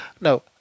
No